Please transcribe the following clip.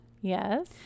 Yes